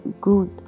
good